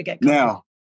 now